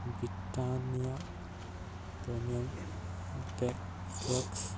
Britannia premium bake Lux